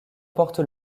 porte